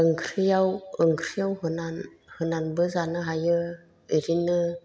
ओंख्रियाव ओंख्रियाव होनान होनानबो जानो हायो एरैनो